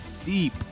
deep